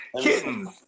Kittens